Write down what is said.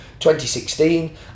2016